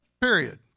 Period